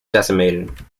decimated